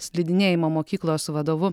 slidinėjimo mokyklos vadovu